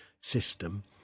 system